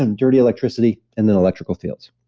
um dirty electricity and then electrical fields,